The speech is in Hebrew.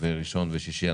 ראשון ושישי.